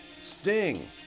Sting